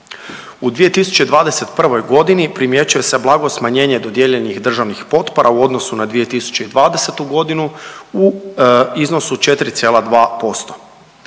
U 2021. g. primjećuje se blago smanjenje dodijeljenih državnih potpora u odnosu na 2020. g. u iznosu od 4,2%.